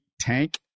tank